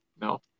No